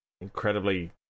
incredibly